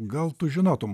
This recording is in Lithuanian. gal tu žinotum